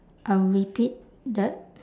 I will repeat the